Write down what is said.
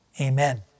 amen